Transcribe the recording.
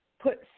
put